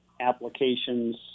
applications